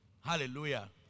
Hallelujah